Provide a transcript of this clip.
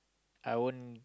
I won't